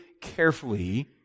carefully